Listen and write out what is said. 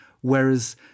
Whereas